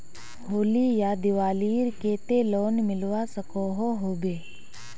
होली या दिवालीर केते लोन मिलवा सकोहो होबे?